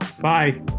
bye